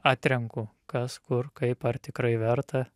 atrenku kas kur kaip ar tikrai verta